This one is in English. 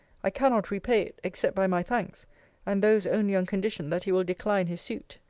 i cannot repay it, except by my thanks and those only on condition that he will decline his suit.